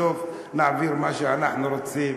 בסוף נעביר מה שאנחנו רוצים,